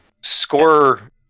score